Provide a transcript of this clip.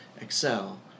Excel